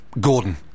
Gordon